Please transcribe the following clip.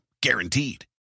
Guaranteed